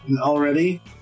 already